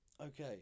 Okay